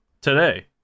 today